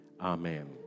Amen